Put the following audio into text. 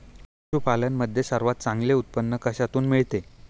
पशूपालन मध्ये सर्वात चांगले उत्पादन कशातून मिळते?